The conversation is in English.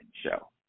Show